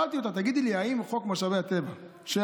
שאלתי אותה: תגידי לי, האם חוק משאבי הטבע שהיה,